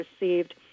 received